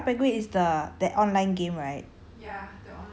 ya wait club penguin is the that online game right